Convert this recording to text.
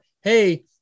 Hey